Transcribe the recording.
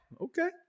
okay